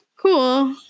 cool